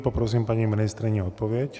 Poprosím paní ministryni o odpověď.